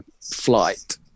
flight